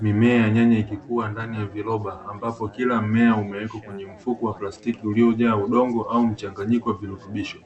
Mimea ya nyanya ikikua ndani ya viroba, ambapo kila mmea umewekwa kenye mfuko wa plastiki uliojaa udongo au mchanganyiko wa virutubisho.